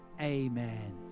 amen